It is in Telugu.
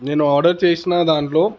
నేను ఆర్డర్ చేసిన దాంట్లో